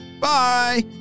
Bye